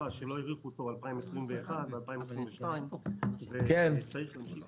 שלא האריכו אותו ל-2021 ו-2022 וצריך להמשיך אותו.